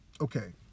Okay